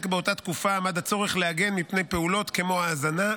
באותה תקופה עמד הצורך להגן מפני פעולות כמו האזנה,